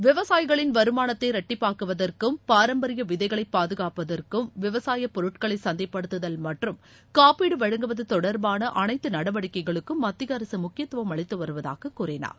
விவசாயிகளின் வருமானத்தை இரட்டிப்பாக்குவதற்கும் பாரம்பரிய விதைகளை பாதுகாப்பதற்கும் விவசாயப் பொருட்களை சந்தைப்படுத்துதல் மற்றும் காப்பீடு வழங்குவது தொடர்பான அனைத்து நடவடிக்கைகளுக்கும் மத்திய அரசு முக்கியத்துவம் அளித்து வருவதாக கூறினார்